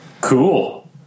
Cool